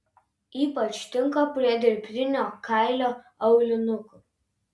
ypač tinka prie dirbtinio kailio aulinukų